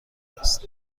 است